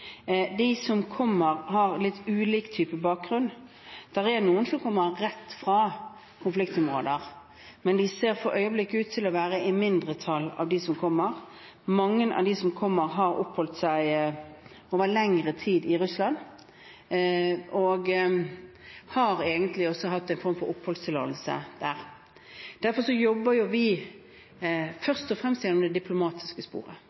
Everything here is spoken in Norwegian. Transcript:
De som kommer, har litt ulik type bakgrunn. Det er noen som kommer rett fra konfliktområder, men de ser for øyeblikket ut til å være i mindretall av dem som kommer. Mange av dem som kommer, har oppholdt seg over lengre tid i Russland og har egentlig hatt en form for oppholdstillatelse der. Derfor jobber vi først og fremst langs det diplomatiske sporet.